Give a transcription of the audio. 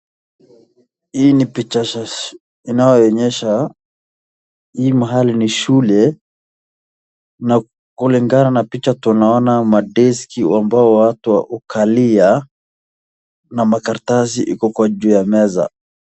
Hii ni picha inayo onyesha hii mahali ni shule na kulingana na picha tunaona ma desk ambayo watu hukalia na makaratasi iko juu ya meza.